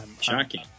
shocking